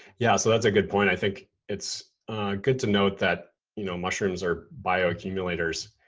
yeah, so that's a good point. i think it's good to note that you know mushrooms are bio accumulators,